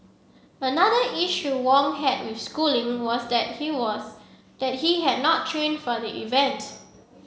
another issue Wong had with Schooling was that he was that he had not trained for the event